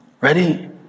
Ready